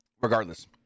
regardless